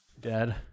Dad